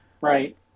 right